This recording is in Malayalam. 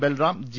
ബൽറാം ജി